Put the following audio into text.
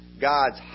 God's